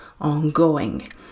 ongoing